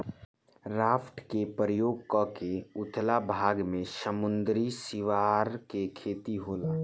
raft के प्रयोग क के उथला भाग में समुंद्री सिवार के खेती होला